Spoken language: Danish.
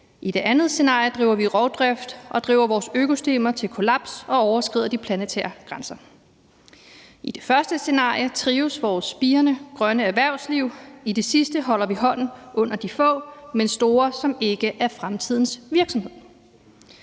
I det andet scenarie driver vi rovdrift, driver vores økosystemer til kollaps og overskrider de planetære grænser. I det første scenarie trives vores spirende grønne erhvervsliv. I det sidste holder vi hånden under de få, men store, som ikke er fremtidens virksomheder.